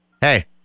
Hey